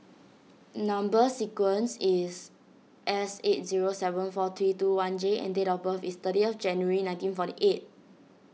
Number Sequence is S eight zero seven four three two one J and date of birth is thirtieth January nineteen forty eight